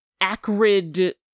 acrid